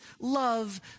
love